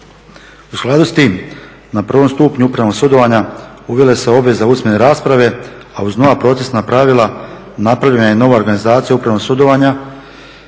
U skladu s tim na prvom stupnju upravnog sudovanja uvela se obveza usmene rasprave, a uz nova procesna pravila napravljena je i nova organizacija upravnog sudovanja.